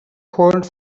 hold